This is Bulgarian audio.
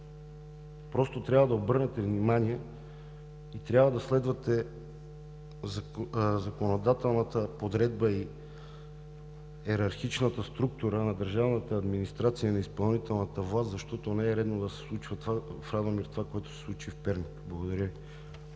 просто трябва да обърнете внимание и трябва да следвате законодателната подредба и йерархичната структура на държавната администрация и на изпълнителната власт, защото не е редно да се случва в Радомир това, което се случи в Перник. Благодаря Ви.